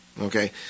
okay